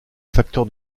facteur